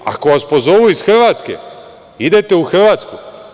Ako vas pozovu iz Hrvatske, idete u Hrvatsku.